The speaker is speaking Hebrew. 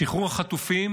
שחרור החטופים